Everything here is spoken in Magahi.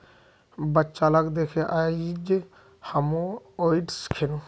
बच्चा लाक दखे आइज हामो ओट्स खैनु